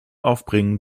aufbringen